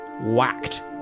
whacked